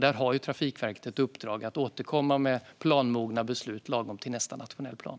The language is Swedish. Där har Trafikverket ett uppdrag att återkomma med planmogna beslut lagom till nästa nationella plan.